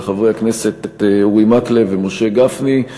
לחברי הכנסת אורי מקלב ומשה גפני,